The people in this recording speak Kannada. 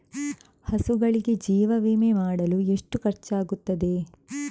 ಹಸುಗಳಿಗೆ ಜೀವ ವಿಮೆ ಮಾಡಲು ಎಷ್ಟು ಖರ್ಚಾಗುತ್ತದೆ?